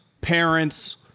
parents